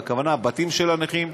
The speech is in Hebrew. הכוונה הבתים של הנכים.